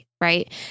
right